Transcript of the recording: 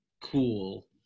cool